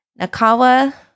Nakawa